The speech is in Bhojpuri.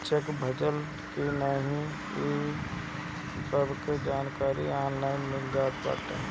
चेक भजल की नाही इ सबके जानकारी ऑनलाइन मिल जात बाटे